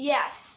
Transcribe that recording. Yes